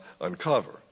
uncover